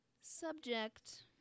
subject